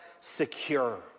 secure